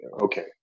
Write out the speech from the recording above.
Okay